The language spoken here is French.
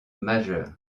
majeur